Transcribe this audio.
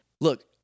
Look